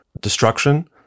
destruction